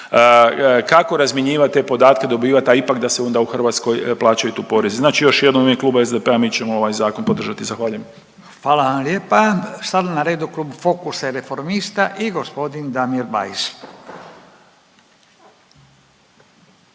kako razmjenjivati te podatke, dobivat da ipak da se onda u Hrvatskoj plaćaju tu porezi. Znači još jednom, u ime Kluba SDP-a mi ćemo ovaj zakon podržati, zahvaljujem. **Radin, Furio (Nezavisni)** Hvala vam lijepa. Sad je na redu Klub Fokusa i Reformista i g. Damir Bajs,